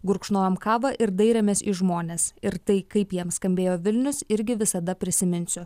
gurkšnojom kavą ir dairėmės į žmones ir tai kaip jiem skambėjo vilnius irgi visada prisiminsiu